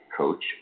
Coach